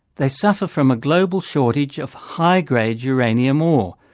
they suffer from a global shortage of high-grade uranium ore.